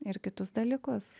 ir kitus dalykus